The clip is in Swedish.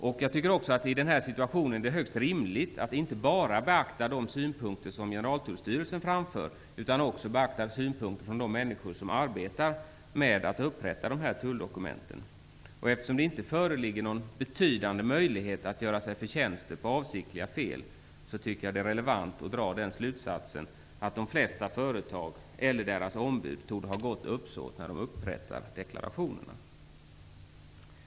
I den här situationen är det högst rimligt att inte bara beakta de synpunkter som Generaltullstyrelsen framför utan man bör också beakta synpunkter från de personer som arbetar med att upprätta tulldokumenten. Eftersom det inte föreligger någon betydande möjlighet att göra sig förtjänster på att göra avsiktliga fel, tycker jag att det är relevant att dra den slutsatsen att de flesta företag eller deras ombud torde ha gott uppsåt när de upprättar deklarationerna.